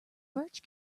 birch